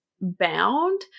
bound